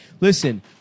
Listen